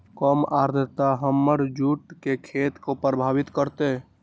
कम आद्रता हमर जुट के खेती के प्रभावित कारतै?